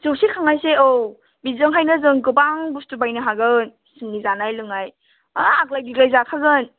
जौसे खांनोसै औ बिजोंहायनो जों गोबां बुस्थु बायनो हागोन जोंनि जानाय लोंनाय आग्लाय बिग्लाय जाखागोन